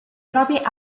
proprie